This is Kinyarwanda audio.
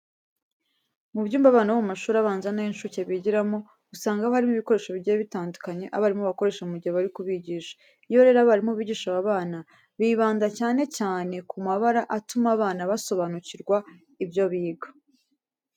Mu byumba abana bo mu mashuri abanza n'ay'incuke bigiramo, usanga haba harimo ibikoresho bigiye bitandukanye abarimu bakoresha mu gihe bari kubigisha. Iyo rero abarimu bigisha aba bana bibanda cyane cyane ku mabara atuma abana basobanukirwa ibyo biga.